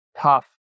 tough